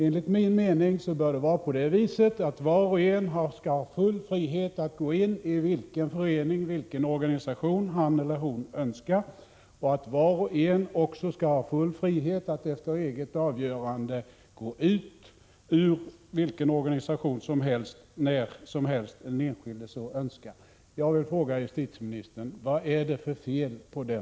Enligt min mening bör var och en ha full frihet att bli medlem i vilken förening eller organisation han eller hon så önskar och även ha full frihet att efter eget avgörande när som helst utträda ur vilken organisation som helst.